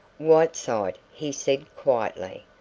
whiteside, he said quietly,